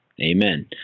Amen